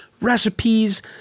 recipes